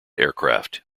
aircraft